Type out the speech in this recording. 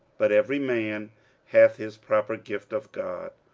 but every man hath his proper gift of god,